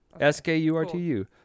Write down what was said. S-K-U-R-T-U